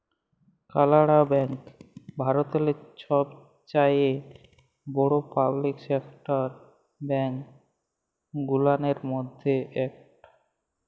কালাড়া ব্যাংক ভারতেল্লে ছবচাঁয়ে বড় পাবলিক সেকটার ব্যাংক গুলানের ম্যধে ইকট